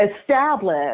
establish